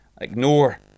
ignore